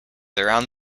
around